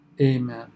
Amen